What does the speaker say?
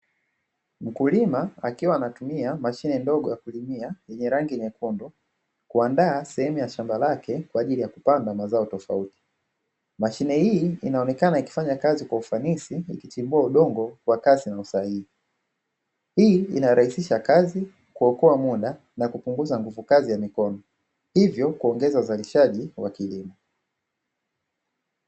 Mkulima akiwa anatumia mashine ndogo ya kulimia yenye rangi ya mekundu, kuandaa sehemu ya shamba lake kwa ajili ya kupanda mazao tofauti. Mashine hii inaonekana ikifanya kazi kwa ufanisi ikitibua udongo kwa kasi na usahihi. Hii inarahisisha kazi, kuokoa muda, na kupunguza nguvu kazi ya mikono. Hivyo, kuongeza uzalishaji wa kilimo.